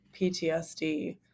PTSD